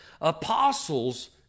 Apostles